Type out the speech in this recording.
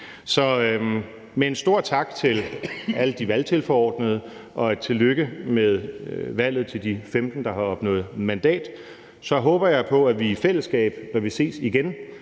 Så med en stor tak til alle de valgtilforordnede og et tillykke med valget til de 15, der har opnået et mandat, håber jeg på, at vi i fællesskab, når vi ses igen,